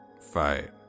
fight